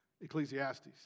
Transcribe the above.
Ecclesiastes